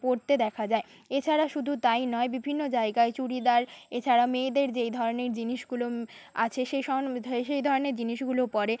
পরতে দেখা যায় এছাড়া শুধু তাই নয় বিভিন্ন জায়গায় চুড়িদার এছাড়া মেয়েদের যেই ধরনের জিনিসগুলো আছে সেই সন সেই ধরনের জিনিসগুলোও পরে